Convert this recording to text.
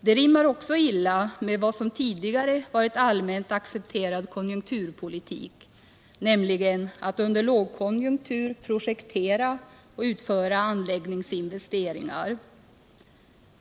Det rimmar också illa med vad som tidigare varit allmänt accepterad konjunkturpolitik, nämligen att under lågkonjunktur projektera och göra anläggningsinvesteringar.